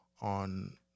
on